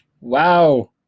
wow